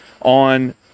on